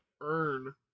earn